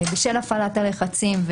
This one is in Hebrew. בשל הפעלת הלחצים,